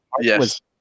Yes